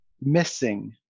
missing